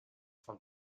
from